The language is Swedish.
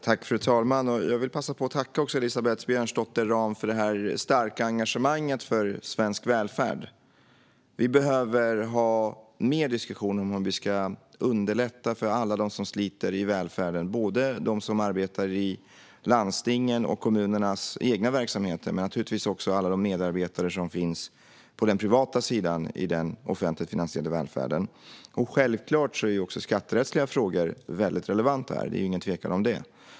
Fru ålderspresident! Jag vill passa på att tacka Elisabeth Björnsdotter Rahm för det starka engagemanget för svensk välfärd. Vi behöver ha mer diskussion om hur vi ska underlätta för alla dem som sliter i välfärden, både de som jobbar i landstingens och kommunernas egna verksamheter och naturligtvis alla medarbetare på den privata sidan i den offentligt finansierade välfärden. Självklart är också skatterättsliga frågor väldigt relevanta här. Det är ingen tvekan om det.